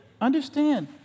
understand